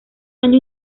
año